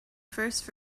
first